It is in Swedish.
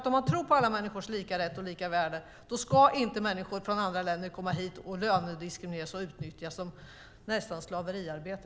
Om man tror på alla människors lika rätt och lika värde ska nämligen inte människor från andra länder komma hit och lönediskrimineras och utnyttjas nästan som i slaveriarbete.